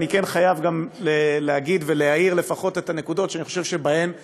אני כן חייב גם להגיד ולהאיר לפחות את הנקודות שאני חושב שבהן טעו.